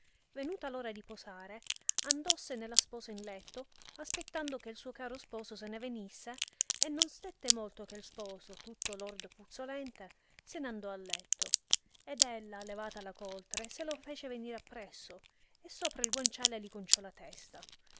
venuta ora di posare andossene la sposa in letto aspettando che suo caro sposo se ne venisse e non stette molto che sposo tutto lordo e puzzolente se n andò al letto ed ella levata la coltre se lo fece venire appresso e sopra il guanciale li conciò la testa